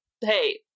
Hey